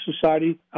Society